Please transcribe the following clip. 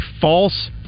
false